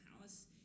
house